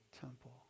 Temple